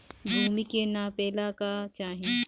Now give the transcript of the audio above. भूमि के नापेला का चाही?